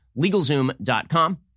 LegalZoom.com